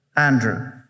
Andrew